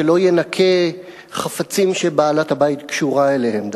שלא ינקה חפצים שבעלת הבית קשורה אליהם דווקא.